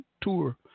tour